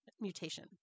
mutation